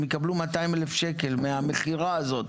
הם יקבלו 200,000 שקל מהמכירה הזאת.